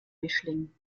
mischling